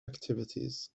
activities